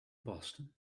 boston